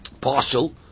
partial